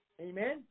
Amen